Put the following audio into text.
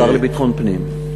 השר לביטחון פנים.